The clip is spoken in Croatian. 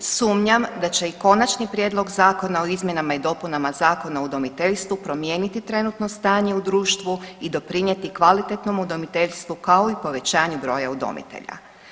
Sumnjam da će i Konačni prijedlog zakona o izmjenama i dopunama Zakona o udomiteljstvu promijeniti trenutno stanje u društvu i doprinijeti kvalitetnom udomiteljstvu, kao i povećanje broja udomitelja.